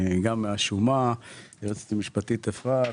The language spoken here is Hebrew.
גם מהשומה רציתי היועצת המשפטית אפרת,